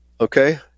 okay